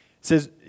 says